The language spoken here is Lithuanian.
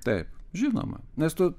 taip žinoma nes tu